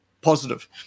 positive